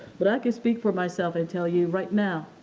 but, i can speak for myself and tell you right now,